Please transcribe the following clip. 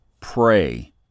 pray